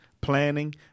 planning